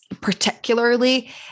particularly